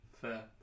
Fair